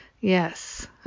Yes